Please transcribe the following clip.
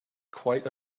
quite